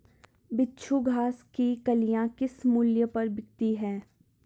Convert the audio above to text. बिच्छू घास की कलियां किस मूल्य पर बिकती हैं?